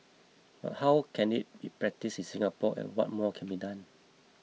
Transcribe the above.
but how can you practised in Singapore and what more can be done